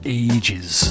ages